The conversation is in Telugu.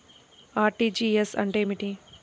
అర్.టీ.జీ.ఎస్ అంటే ఏమిటి?